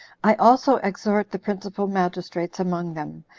i also exhort the principal magistrates among them,